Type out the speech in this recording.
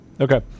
Okay